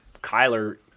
Kyler